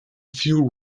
few